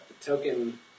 token